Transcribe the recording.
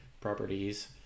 properties